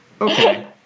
Okay